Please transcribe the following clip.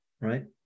right